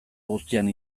guztian